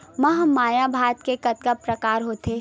महमाया भात के कतका प्रकार होथे?